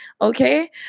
Okay